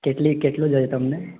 કેટલી કેટલું જોઈએ તમને